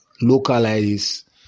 localize